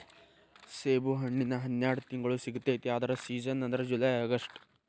ಸೇಬುಹಣ್ಣಿನ ಹನ್ಯಾಡ ತಿಂಗ್ಳು ಸಿಗತೈತಿ ಆದ್ರ ಸೇಜನ್ ಅಂದ್ರ ಜುಲೈ ಅಗಸ್ಟ